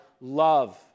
love